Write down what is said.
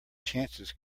chances